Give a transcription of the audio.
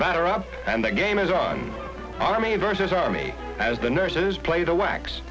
batter up and the game is on army versus army as the nurses play the lax